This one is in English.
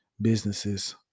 businesses